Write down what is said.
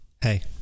hey